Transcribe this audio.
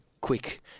quick